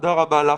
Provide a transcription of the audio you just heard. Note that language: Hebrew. תודה רבה לך,